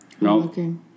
No